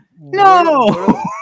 No